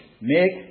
make